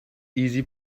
easy